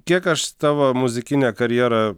kiek aš tavo muzikinę karjerą